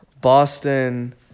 Boston